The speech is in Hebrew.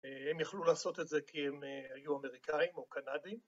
הם יכלו לעשות את זה כי הם היו אמריקאים או קנדים.